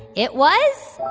it was.